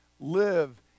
live